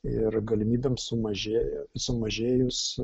ir galimybėms sumažėja sumažėjus